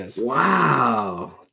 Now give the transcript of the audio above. Wow